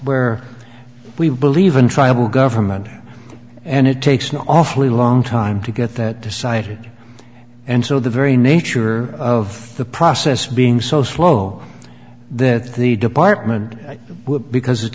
where we believe in tribal government and it takes an awfully long time to get that decided and so the very nature of the process being so slow that the department would because